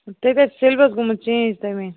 syllabus گوٚمُت change تَمے